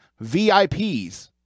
VIPs